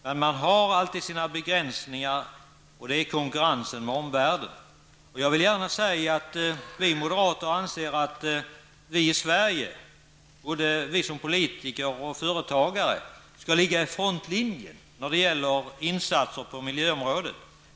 Men man har alltid sina begränsningar, och det är bl.a. konkurrensen med omvärlden. Jag vill gärna säga att vi moderater anser att vi i Sverige, både vi som politiker och som företagare, skall ligga i frontlinjen vad gäller insatser på miljöområdet.